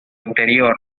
anterior